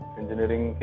engineering